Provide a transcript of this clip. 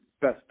best